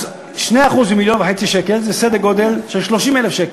אז 2% מ-1.5 מיליון שקל זה סדר גודל של 30,000 שקל.